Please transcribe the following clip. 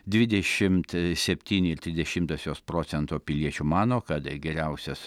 dvidešimt septyni ir trys dešimtosios procentų piliečių mano kad geriausias